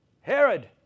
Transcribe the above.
Herod